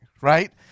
right